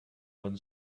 when